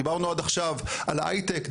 דיברנו עד עכשיו על ההיי-טק,